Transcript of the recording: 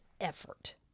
effort